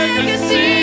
Legacy